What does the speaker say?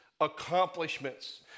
accomplishments